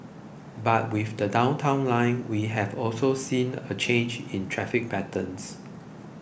but with the Downtown Line we have also seen a change in traffic patterns